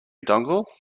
dongle